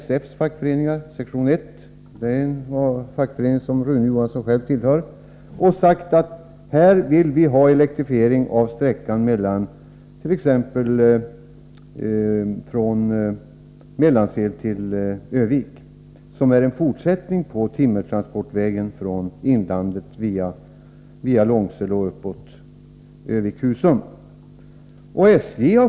SF:s sektion 1, som Rune Johansson själv tillhör, har sagt att man vill ha elektrifiering av t.ex. sträckan från Mellansel till Örnsköldsvik, som är en fortsättning på timmertransportvägen från inlandet via Långsele och uppåt Örnsköldsvik och Husum.